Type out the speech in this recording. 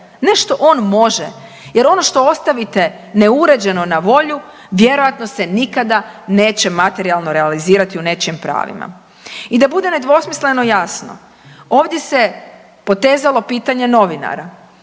ne što on može jer ono što ostavite neuređeno na volju vjerojatno se nikada neće materijalno realizirati u nečijim pravima. I da bude nedvosmisleno jasno, ovdje se potezalo pitanje novinara.